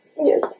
Yes